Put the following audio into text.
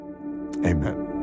amen